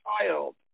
Child